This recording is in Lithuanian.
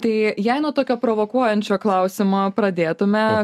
tai jei nuo tokio provokuojančio klausimo pradėtume